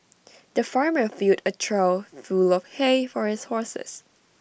the farmer filled A trough full of hay for his horses